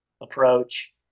approach